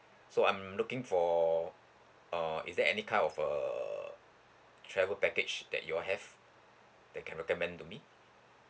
so I'm looking for uh is there any kind of uh travel package that you all have that can recommend to me